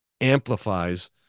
amplifies